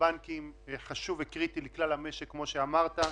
הבנקים יהיה קריטי וחשוב לכלל המשק, כפי שאמרת.